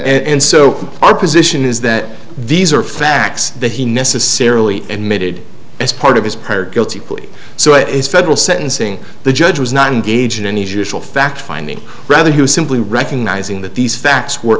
and so our position is that these are facts that he necessarily admitted as part of his prior guilty plea so it is federal sentencing the judge was not engaged in any judicial fact finding rather he was simply recognizing that these facts were